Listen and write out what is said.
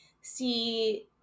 see